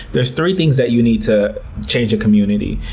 there's three things that you need to change a community.